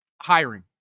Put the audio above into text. hiring